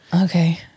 Okay